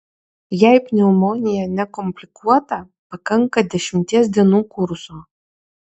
jei pneumonija nekomplikuota pakanka dešimties dienų kurso